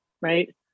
right